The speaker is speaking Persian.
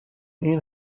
این